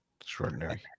Extraordinary